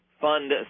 fund